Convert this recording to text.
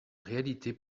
réalité